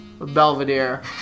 Belvedere